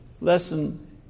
Lesson